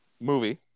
movie